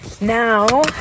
now